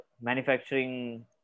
manufacturing